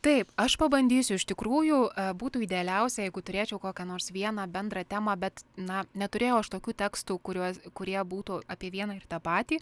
taip aš pabandysiu iš tikrųjų būtų idealiausia jeigu turėčiau kokią nors vieną bendrą temą bet na neturėjau aš tokių tekstų kuriuos kurie būtų apie vieną ir tą patį